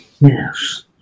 yes